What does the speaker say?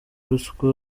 ruswa